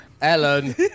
Ellen